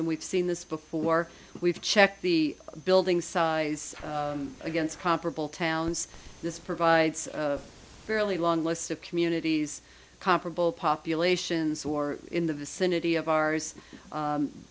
and we've seen this before we've checked the building size against comparable towns this provides a fairly long list of communities comparable populations or in the vicinity of ours